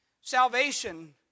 Salvation